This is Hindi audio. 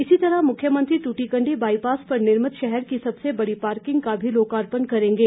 इसी तरह मुख्यमंत्री दूटीकंडी बाईपास पर निर्भित शहर की सबसे बड़ी पार्किंग का लोकार्पण करेंगे